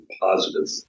positive